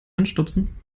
anstupsen